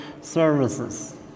services